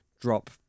drop